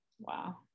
Wow